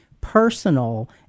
personal